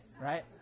right